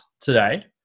today